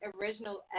original